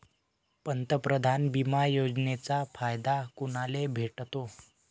पंतप्रधान बिमा योजनेचा फायदा कुनाले भेटतो?